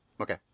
Okay